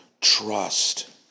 trust